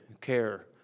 care